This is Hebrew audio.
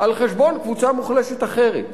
על חשבון קבוצה מוחלשת אחרת.